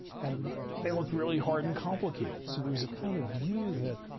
and they looked really hard and complicated. so, there was a kind of view that,